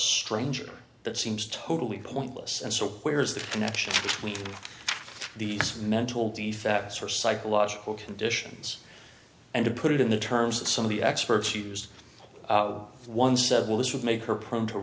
stranger that seems totally pointless and so where's the connection between these mental defects or psychological conditions and to put it in the terms that some of the experts use one said well this would make her